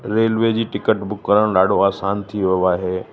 railway जी ticket book करणु ॾाढो आसान थी वियो आहे